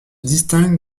distingue